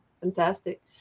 fantastic